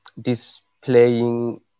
displaying